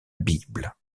bible